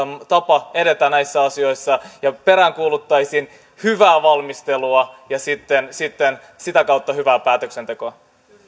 tapa edetä näissä asioissa peräänkuuluttaisin hyvää valmistelua ja sitten sitten sitä kautta hyvää päätöksentekoa